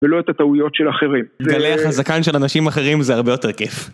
ולא את הטעויות של אחרים. -להתגלח על זקן של אנשים אחרים זה הרבה יותר כיף.